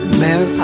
man